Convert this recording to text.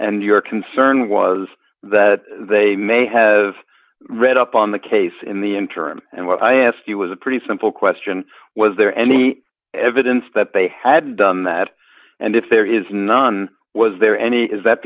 and your concern was that they may have read up on the case in the interim and what i asked you was a pretty simple question was there any evidence that they had done that and if there is none was there any is that